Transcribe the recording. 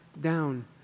down